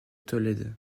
tolède